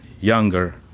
younger